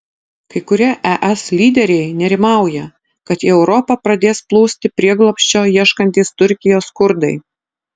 kai kurie es lyderiai nerimauja kad į europą pradės plūsti prieglobsčio ieškantys turkijos kurdai